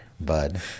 bud